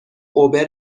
اوبر